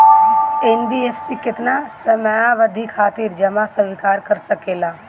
NBFC केतना समयावधि खातिर जमा स्वीकार कर सकला?